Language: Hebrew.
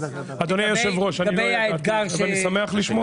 אדוני היושב ראש אני לא ידעתי אבל אני שמח לשמוע.